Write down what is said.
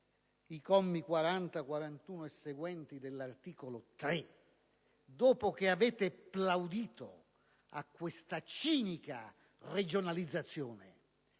ai commi 40 e 41 e seguenti dell'articolo 3, dopo che avete plaudito a questa cinica regionalizzazione.